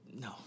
no